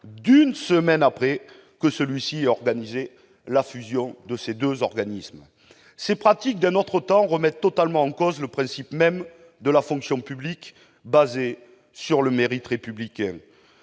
d'une semaine après que celui-ci eut organisé la fusion de ces deux organismes. Ces pratiques d'un autre temps remettent totalement en cause le principe même de la fonction publique, fondée sur le mérite républicain.